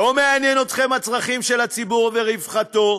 לא מעניינים אתכם הצרכים של הציבור ורווחתו,